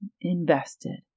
invested